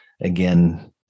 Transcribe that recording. again